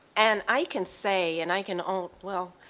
and i can say, and i can only, well,